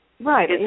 Right